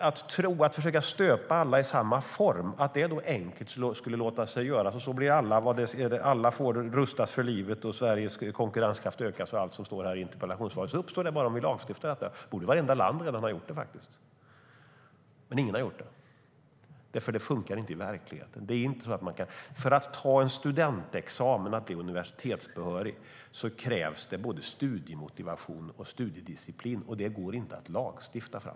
Ni verkar tro att det enkelt skulle låta sig göras att stöpa alla i samma form så att alla rustas för livet och Sveriges konkurrenskraft ökar - och allt som står i interpellationssvaret. Ni verkar tro att det bara sker om vi lagstiftar om detta. Då borde vartenda land ha gjort det. Men ingen har gjort det, eftersom det inte fungerar i verkligheten. För att ta studentexamen och bli universitetsbehörig krävs det både studiemotivation och studiedisciplin. Och det går inte att lagstifta fram.